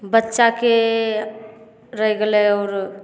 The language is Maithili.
बच्चाके रहि गेलै आओर